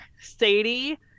Sadie